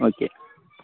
okay